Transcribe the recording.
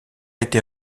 été